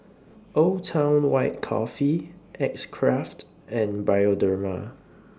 Old Town White Coffee X Craft and Bioderma